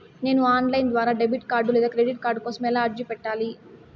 నేను online ద్వారా debit card లేదా క్రెడిట్ కార్డు కోసం ఎలా అర్జీ పెట్టాలి?